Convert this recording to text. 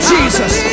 Jesus